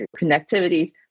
connectivities